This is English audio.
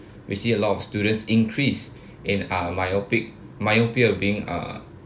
we see a lot of students increase in uh myopic myopia being uh